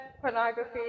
pornography